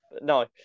No